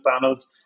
panels